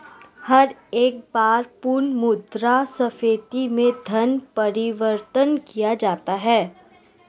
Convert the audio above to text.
हर एक बार पुनः मुद्रा स्फीती में धन परिवर्तन किया जाता है